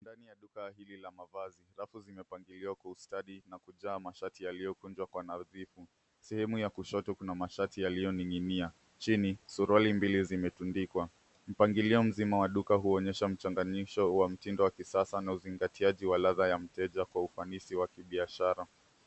Ndani ya duka hili la mavazi, rafu zimepangiliwa kwa ustadi na kujaa mashati yaliyokunjwa kwa nadhifu. Sehemu ya kushoto kuna mashati yaliyoning'inia. Chini, suruali mbili zimetundikwa. Mpangilio mzima wa duka hunyesha mchanganyisho wa mtindo wa kisasa na uzingatiaji wa ladha ya mteja kwa ufanisi wa kibiashara.